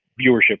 viewership